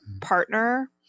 partner